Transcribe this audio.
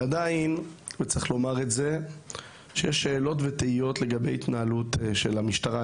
צריך לומר שיש שאלות ותהיות לגבי התנהלות המשטרה.